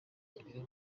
mbere